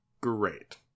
great